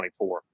2024